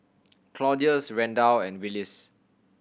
Claudius Randal and Willis